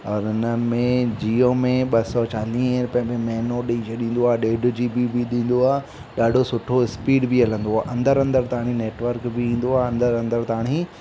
और हिन में जीओ में ॿ सौ चालीह रुपए में महीनो ॾई छॾींदो आ्हे ॾेढ जीबी बि ॾींदो आहे ॾाढो सुठो स्पीड बि हलंदो आहे अंदरि अंदरि ताणी नेटवर्क बि ईंदो आहे अंदरि अंदरि ताणी